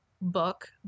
book